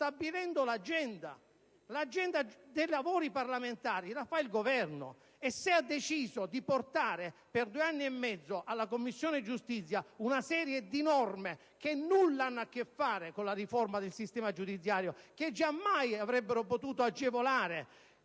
stabilendo l'agenda dei lavori parlamentari, agenda che fa il Governo. Se ha deciso di portare per due anni e mezzo alla Commissione giustizia una serie di norme che nulla hanno a che fare con la riforma del sistema giudiziario, che giammai avrebbero potuto agevolare